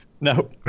no